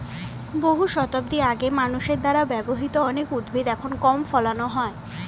বহু শতাব্দী আগে মানুষের দ্বারা ব্যবহৃত অনেক উদ্ভিদ এখন কম ফলানো হয়